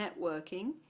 networking